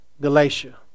Galatia